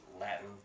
Latin